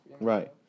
right